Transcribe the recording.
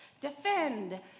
defend